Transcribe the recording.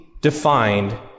defined